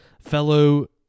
fellow